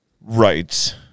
Right